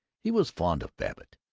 he was fond of babbitt,